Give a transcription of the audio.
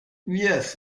yes